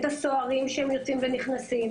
את הסוהרים שיוצאים ונכנסים.